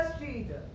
Jesus